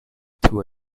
two